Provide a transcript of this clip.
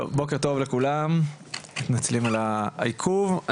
בוקר טוב לכולם, מתנצלים על העיכוב.